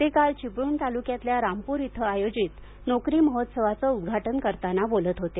ते काल चिपळूण तालुक्यातल्या रामपूर इथं आयोजित नोकरी महोत्सवाचं उद्घाटन करताना बोलत होते